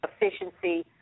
efficiency